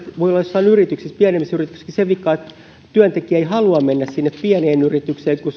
voi olla joissain yrityksissä pienemmissä yrityksissä se vika että työntekijä ei halua mennä sinne pieneen yritykseen kun